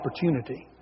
opportunity